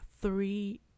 three